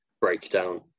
breakdown